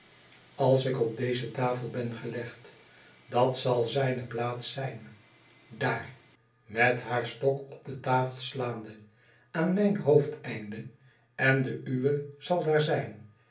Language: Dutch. als ik op deze tafel ben gelegd dat zal zijneplaats zijn daar met haar stok op de tafel slaande aan mijn hoofdeneinde en de uwe zal daar zijn